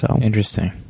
Interesting